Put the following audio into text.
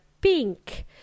pink